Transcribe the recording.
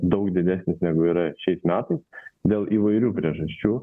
daug didesnis negu yra šiais metais dėl įvairių priežasčių